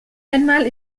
einmal